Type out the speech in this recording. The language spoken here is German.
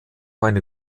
eine